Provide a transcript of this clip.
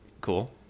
Cool